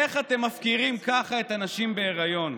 איך אתם מפקירים כך את הנשים בהיריון?